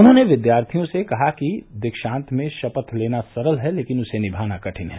उन्होंने विद्यार्थियों से कहा के दीक्षांत में शपथ लेना सरल है लेकिन उसे निभाना कठिन है